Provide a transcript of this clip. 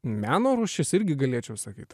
meno rūšis irgi galėčiau sakyt